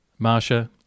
Marsha